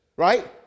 Right